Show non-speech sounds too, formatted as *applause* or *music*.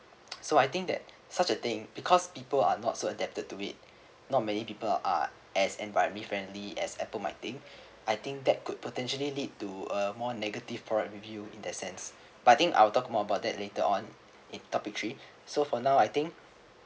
*noise* so I think that such a thing because people are not so adapted to it not many people are as environment friendly as Apple might think I think that could potentially lead to uh more negative product review in that sense but I think I will talk more about that later on in topic three so for now I think